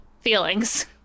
feelings